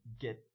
get